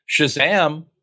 Shazam